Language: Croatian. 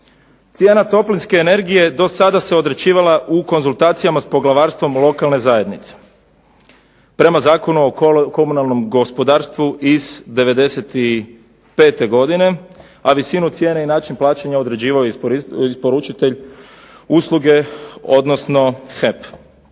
Cijena toplinske energije do sada se određivala u konzultacijama s poglavarstvom lokalne zajednice, prema Zakonu o komunalnom gospodarstvu iz '95. godine, a visinu cijene i način plaćanja određivao je isporučitelj usluge, odnosno HEP.